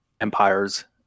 empires